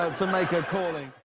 to make a calling.